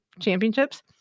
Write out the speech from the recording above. championships